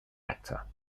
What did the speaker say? actor